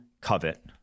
covet